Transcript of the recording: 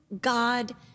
God